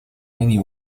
many